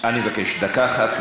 אני מבקש: דקה אחת,